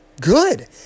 good